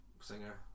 singer